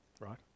right